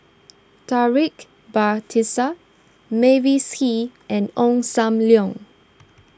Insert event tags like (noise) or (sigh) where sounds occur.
(noise) Taufik Batisah Mavis Hee and Ong Sam Leong